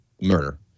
murder